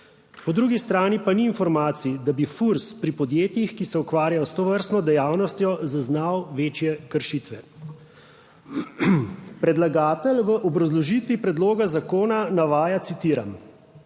Po drugi strani pa ni informacij, da bi FURS pri podjetjih, ki se ukvarjajo s tovrstno dejavnostjo zaznal večje kršitve. Predlagatelj v obrazložitvi predloga zakona navaja citiram: